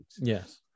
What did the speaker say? yes